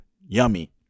Yummy